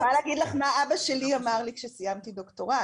אני יכולה להגיד לך מה אבא שלי אמר לי כשסיימתי דוקטורט,